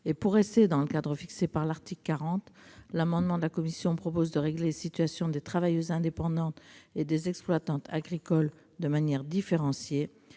et pour rester dans le cadre fixé par l'article 40 de la Constitution, l'amendement de la commission vise à régler les situations des travailleuses indépendantes et des exploitantes agricoles de manière différenciée.